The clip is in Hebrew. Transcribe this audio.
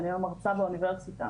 אני היום מרצה באוניברסיטה.